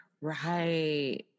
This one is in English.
Right